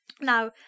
Now